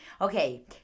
okay